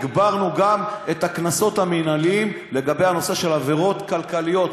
הגברנו גם את הקנסות המינהליים לגבי הנושא של עבירות כלכליות,